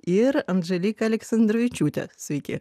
ir andželika aleksandravičiūtė sveiki